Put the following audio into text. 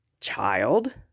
Child